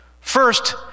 First